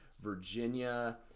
Virginia –